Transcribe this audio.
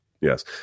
Yes